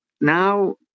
Now